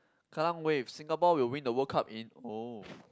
Kallang-Wave Singapore will win the World Cup in oh